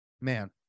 Man